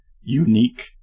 unique